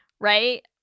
Right